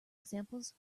examples